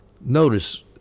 notice